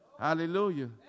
Hallelujah